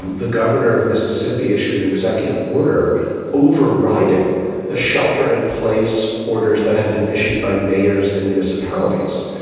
and the governor of mississippi issued an executive order overriding the shelter in place, orders that had been issued by mayors and municipalities.